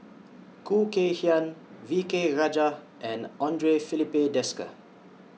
Khoo Kay Hian V K Rajah and Andre Filipe Desker